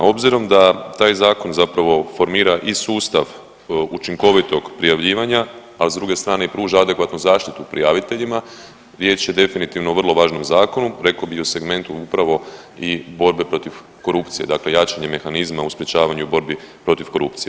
Obzirom da taj zakon zapravo formira i sustav učinkovitog prijavljivanja, a s druge strane i pruža adekvatnu zaštitu prijaviteljima riječ je definitivno o vrlo važnom zakonu, rekao bi i o segmentu upravo i borbe protiv korupcije, dakle jačanje mehanizma u sprječavanju borbi protiv korupcije.